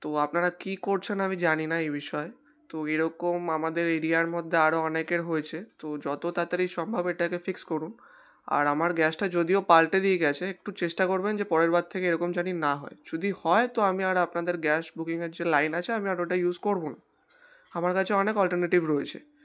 তো আপনারা কী করছেন আমি জানি না এই বিষয়ে তো এরকম আমাদের এরিয়ার মধ্যে আরও অনেকের হয়েছে তো যত তাড়াতাড়ি সম্ভব এটাকে ফিক্স করুন আর আমার গ্যাসটা যদিও পাল্টে দিয়ে গেছে একটু চেষ্টা করবেন যে পরের থেকে এরকম জানি না হয় যদি হয় তো আমি আর আপনাদের গ্যাস বুকিংয়ের যে লাইন আছে আমি আর ওটা ইউজ করুন আমার কাছে অনেক অল্টারনেটিভ রয়েছে